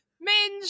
Minge